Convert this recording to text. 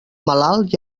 malalt